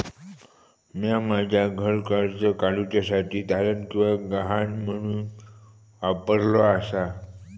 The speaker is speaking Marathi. म्या माझा घर कर्ज काडुच्या साठी तारण किंवा गहाण म्हणून वापरलो आसा